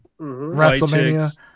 WrestleMania